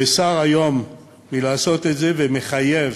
נאסר היום לעשות את זה, ומחויב